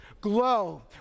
glow